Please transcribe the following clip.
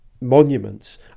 monuments